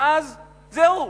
ואז זהו,